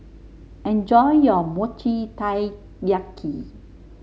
enjoy your Mochi Taiyaki